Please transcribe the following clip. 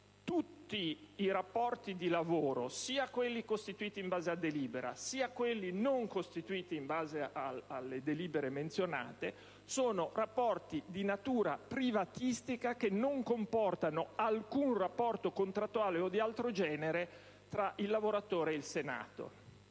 tutti i rapporti di lavoro, sia quelli costituiti in base a delibera sia quelli non costituiti in base a delibera, sono rapporti di natura privatistica che non comportano alcun rapporto contrattuale o di altro genere tra il lavoratore e il Senato.